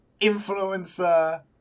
influencer